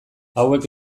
hauek